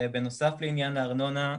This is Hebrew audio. בנוסף לעניין הארנונה,